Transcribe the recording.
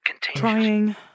Trying